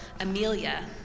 Amelia